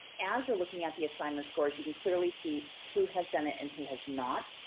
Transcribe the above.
as you're looking at the assignment scores, you can clearly see who has done it and who has not.